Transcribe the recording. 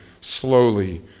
slowly